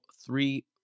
three